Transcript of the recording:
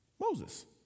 Moses